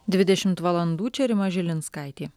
dvidešimt valandų čia rima žilinskaitė